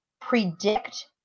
predict